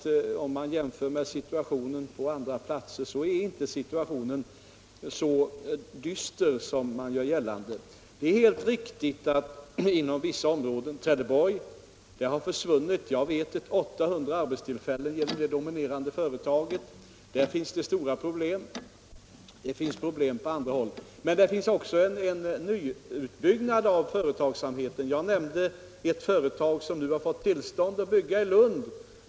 Om man jämför med situationen på andra platser finner man att situationen i Malmöhus län inte är så dyster som man vill göra gällande. Det är riktigt att arbetstillfällen har försvunnit på vissa områden, t.ex. i Trelleborg, där jag vet att 800 arbetstillfällen gjort det inom det dominerande företaget. Där finns det stora problem, och det finns även problem på andra håll. Men det förekommer också nyutbyggnad av företagsamheten. Jag nämnde ett företag som har fått tillstånd att bygga i Lund.